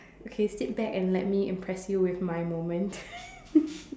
okay sit back and let me impress you with my moments